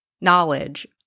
knowledge